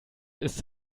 ist